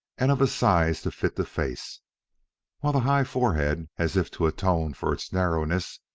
and of a size to fit the face while the high forehead, as if to atone for its narrowness,